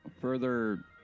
further